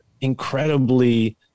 incredibly